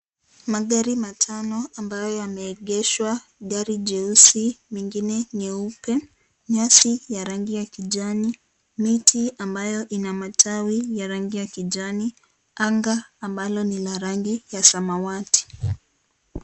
Magari matano ambayo yameegeshwa , gari jeusi mengine nyeupe. Nyasi ya rangi ya kijani, miti ambayo ina matawi ya rangi ya kijani. Anga amablo ni la rangi ya samawati.